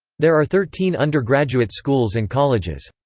there are thirteen undergraduate schools and colleges.